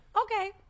okay